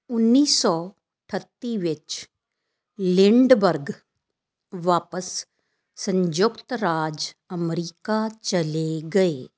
ਉੱਨੀ ਸੌ ਅਠੱਤੀ ਵਿੱਚ ਲਿੰਡਬਰਗ ਵਾਪਸ ਸੰਯੁਕਤ ਰਾਜ ਅਮਰੀਕਾ ਚਲੇ ਗਏ